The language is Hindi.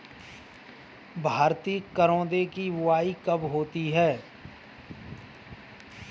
भारतीय करौदे की बुवाई कब होती है?